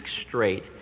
straight